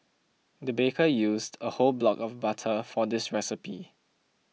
the baker used a whole block of butter for this recipe